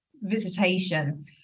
visitation